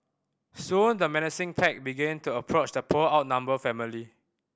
soon the menacing pack began to approach the poor outnumbered family